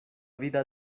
vida